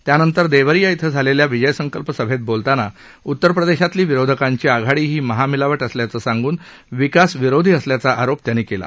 त्यानंतर देवरिया शें झालेल्या विजयसंकल्प सभेत बोलताना उत्तर प्रदेशातली विरोधकांची आघाडी ही महामिलावट असल्याचं सांगून विकास विरोधी असल्याचा आरोप त्यांनी केला